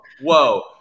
whoa